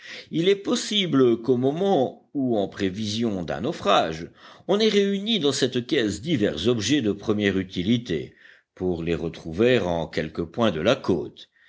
il est possible qu'au moment ou en prévision d'un naufrage on ait réuni dans cette caisse divers objets de première utilité pour les retrouver en quelque point de la côte